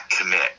commit